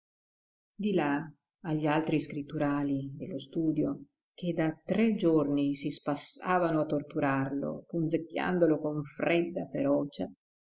di là agli altri scritturali dello studio che da tre giorni si spassavano a torturarlo punzecchiandolo con fredda ferocia